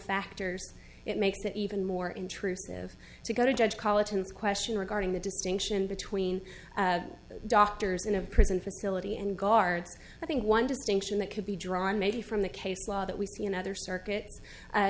factors it makes it even more intrusive to go to judge college in question regarding the distinction between doctors in a prison facility and guards i think one distinction that could be drawn maybe from the case law that we see another circuit